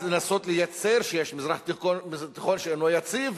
לנסות לייצר שיש מזרח תיכון שאינו יציב,